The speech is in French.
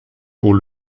pour